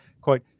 quote